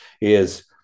is-